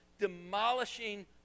demolishing